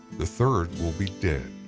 the third will be dead.